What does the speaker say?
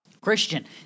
Christian